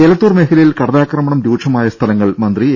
എലത്തൂർ മേഖലയിൽ കടലാക്രമണം രൂക്ഷമായ സ്ഥലങ്ങൾ മന്ത്രി എ